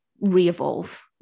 re-evolve